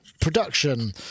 production